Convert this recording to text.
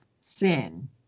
sin